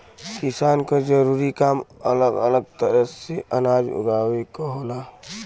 किसान क जरूरी काम अलग अलग तरे से अनाज उगावे क होला